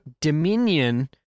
dominion